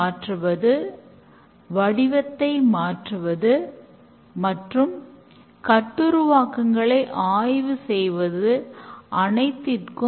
அடுத்து எளிய வடிவமைப்பு டெஸ்டிங் அதாவது தொடர்ச்சியாக எழுதி செயல்படுத்தும் சோதனை மாதிரிகள்